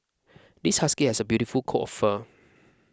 this husky has a beautiful coat of fur